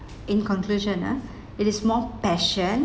in conclusion ah it is more passion